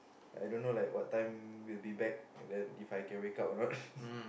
I dunno like what time we'll be back then If I can wake up or not